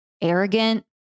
arrogant